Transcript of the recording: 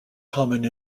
common